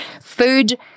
Food